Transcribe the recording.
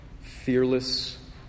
fearless